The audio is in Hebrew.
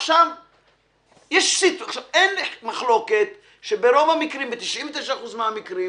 עכשיו אין מחלוקת ברוב המקרים, ב-99% מהמקרים.